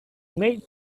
made